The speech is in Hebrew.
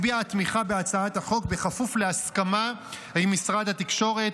הביעה תמיכה בהצעת החוק בכפוף להסכמה עם משרד התקשורת.